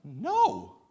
no